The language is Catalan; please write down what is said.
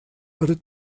per